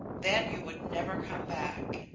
then you would never come back.